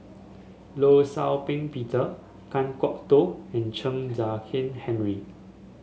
Law Shau Ping Peter Kan Kwok Toh and Chen Kezhan Henri